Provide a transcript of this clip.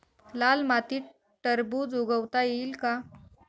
लाल मातीत टरबूज उगवता येईल का?